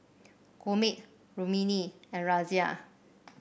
Gurmeet Rukmini and Razia